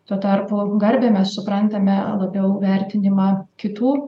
tuo tarpu garbę mes suprantame labiau vertinimą kitų